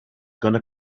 gonna